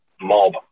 Mob